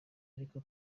ariko